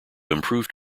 improved